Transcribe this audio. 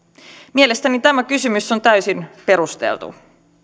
mielestäni tämä kysymys on täysin perusteltu